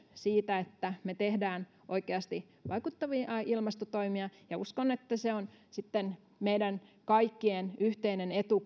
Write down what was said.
siitä että me teemme oikeasti vaikuttavia ilmastotoimia ja uskon että se on kuitenkin loppujen lopuksi meidän kaikkien yhteinen etu